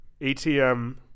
ATM